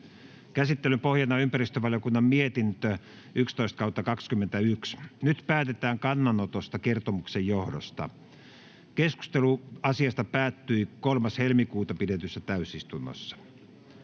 Käsittelyn pohjana on ympäristövaliokunnan mietintö YmVM 11/2021 vp. Nyt päätetään kannanotosta kertomuksen johdosta. Keskustelu asiasta päättyi 3.2.2022 pidetyssä täysistunnossa.